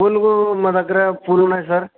పూలకి మా దగ్గర పూలు ఉన్నాయి సార్